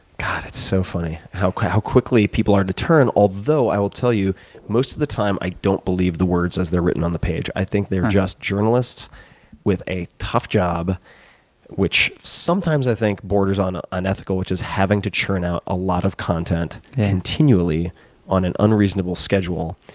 god, it's so funny how quickly people are to turn. although, i will tell you most of the time i don't believe the words as they're written on the page. i think they're just journalists with a tough job which sometimes i think borders on unethical, which is having to churn out a lot of content continually on an unreasonable schedule,